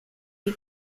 die